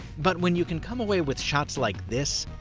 but, when you can come away with shots like this,